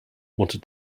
wanted